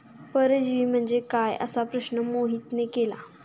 परजीवी म्हणजे काय? असा प्रश्न मोहितने केला